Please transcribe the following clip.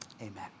Amen